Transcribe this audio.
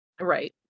Right